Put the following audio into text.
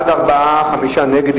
בעד, 4, חמישה נגד.